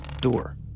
door